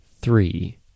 three